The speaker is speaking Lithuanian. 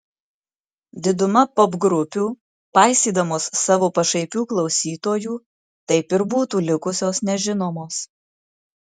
diduma popgrupių paisydamos savo pašaipių klausytojų taip ir būtų likusios nežinomos